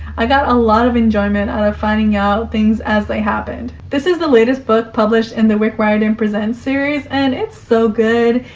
i got a lot of enjoyment out of finding out things as they happened. this is the latest book published in the rick riordan presents series, and it's so good.